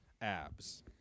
abs